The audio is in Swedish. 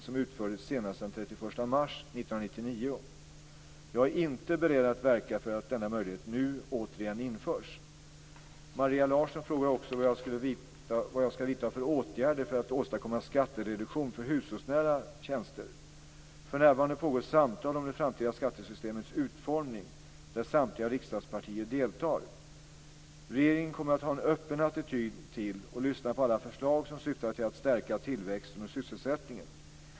mars 1999. Jag är inte beredd att verka för att denna möjlighet införs på nytt. Maria Larsson frågar också vad jag skall vidta för åtgärder för att åstadkomma skattereduktion för hushållsnära tjänster. För närvarande pågår samtal om det framtida skattesystemets utformning där samtliga riksdagspartier deltar. Regeringen kommer att ha en öppen attityd till och lyssna på alla förslag som syftar till att stärka tillväxten och sysselsättningen.